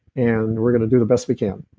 and we're going to do the best we can.